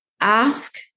Ask